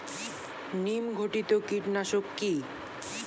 নিম ঘটিত কীটনাশক কি?